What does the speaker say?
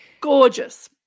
Gorgeous